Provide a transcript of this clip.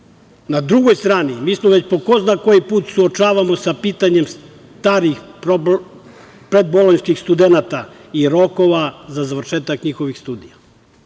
drugoj strani mi se već po ko zna koji put suočavamo sa pitanjem starih predbolonjskih studenata i rokova za završetak njihovih studija.